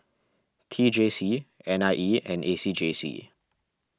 T J C N I E and A C J C